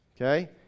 Okay